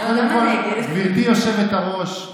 קודם כול, גברתי היושבת-ראש,